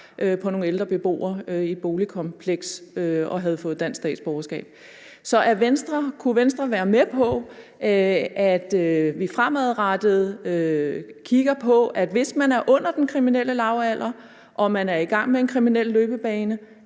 på nogle ældre beboere i et boligkompleks. Så kunne Venstre være med på, at vi fremadrettet kigger på, at hvis man som biperson er under den kriminelle lavalder og man er i gang med en kriminel løbebane,